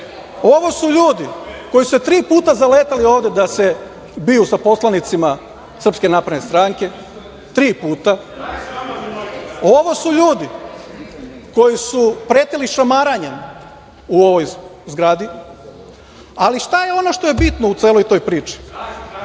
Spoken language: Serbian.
Ovo su ljudi koji su se tri puta zaletali ovde da se biju sa poslanicima SNS, tri puta. Ovo su ljudi koji su pretili šamaranjem u ovoj zgradi. Ali, šta je ono što je bitno u celoj toj priči? Evo,